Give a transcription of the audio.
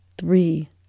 Three